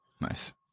nice